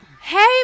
Hey